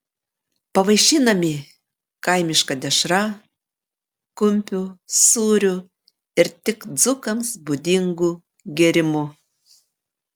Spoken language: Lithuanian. pavaišinami kaimiška dešra kumpiu sūriu ir tik dzūkams būdingu gėrimu